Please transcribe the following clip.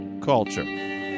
Culture